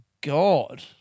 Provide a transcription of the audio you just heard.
God